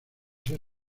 ser